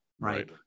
right